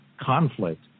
conflict